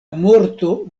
morto